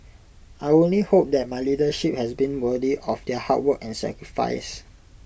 I only hope that my leadership has been worthy of their hard work and sacrifice